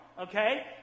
okay